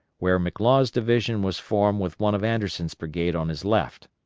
where mclaws' division was formed with one of anderson's brigades on his left.